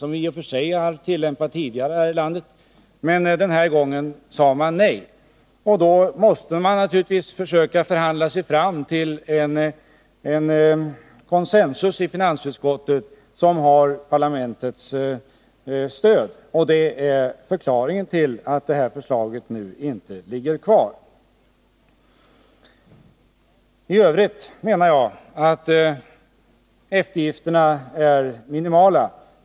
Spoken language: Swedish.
Trots att sådan frysning tidigare tillämpats här i landet, sade man den här gången nej, och då måste vi naturligtvis i finansutskottet försöka förhandla oss fram till en consensus som har parlamentets stöd. Detta är förklaringen till att förslaget nu inte ligger kvar. I övrigt menar jag att eftergifterna är minimala.